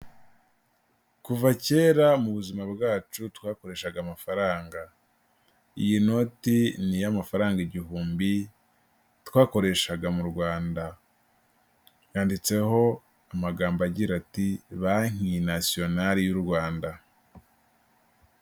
Kuva kera mu buzima bwacu twakoreshaga amafaranga iyi noti ni iy'amafaranga igihumbi twakoreshaga mu Rwanda yanditseho amagambo agira ati banki nasiyonali y'u Rwanda.